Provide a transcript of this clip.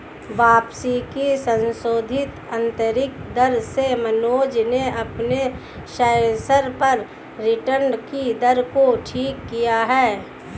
वापसी की संशोधित आंतरिक दर से मनोज ने अपने शेयर्स पर रिटर्न कि दर को ठीक किया है